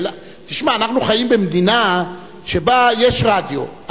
אנחנו חיים במדינה שבה יש רדיו.